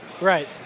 Right